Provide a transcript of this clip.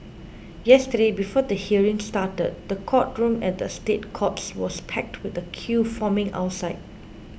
yesterday before the hearing started the courtroom at the State Courts was packed with a queue forming outside